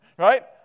Right